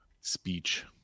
speech